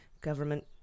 government